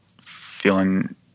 feeling